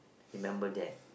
remember that